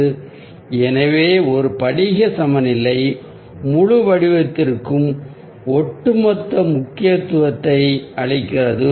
Refer Slide Time 0921 Refer Slide Time 1043 எனவே ஒரு படிக சமநிலை முழு வடிவத்திற்கும் ஒட்டுமொத்த முக்கியத்துவத்தை அளிக்கிறது